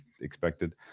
expected